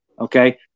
okay